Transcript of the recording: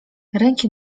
ręki